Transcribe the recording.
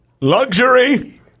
Luxury